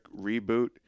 reboot